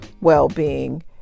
well-being